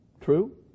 true